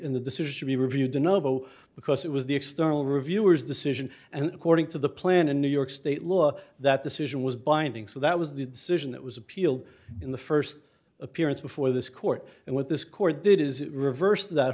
in the decision he reviewed the novo because it was the external reviewers decision and according to the plan in new york state law that decision was binding so that was the decision that was appealed in the first appearance before this court and what this court did is it reversed that